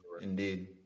Indeed